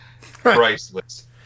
Priceless